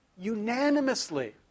unanimously